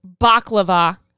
baklava